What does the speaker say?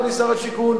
אדוני שר השיכון,